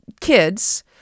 kids